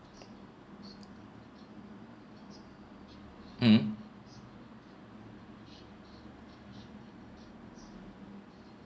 mm mm